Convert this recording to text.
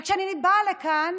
אבל כשאני באה לכאן